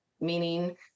meaning